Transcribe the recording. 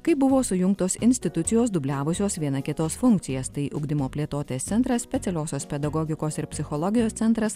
kai buvo sujungtos institucijos dubliavusios viena kitos funkcijas tai ugdymo plėtotės centras specialiosios pedagogikos ir psichologijos centras